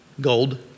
gold